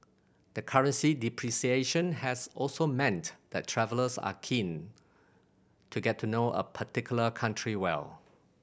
the currency depreciation has also meant that travellers are keen to get to know a particular country well